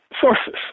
sources